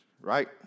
Right